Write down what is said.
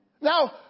Now